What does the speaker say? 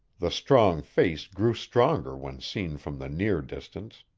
the strong face grew stronger when seen from the near distance.